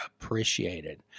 appreciated